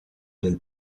del